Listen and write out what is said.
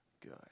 good